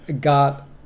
got